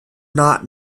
not